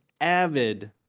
avid